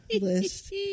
list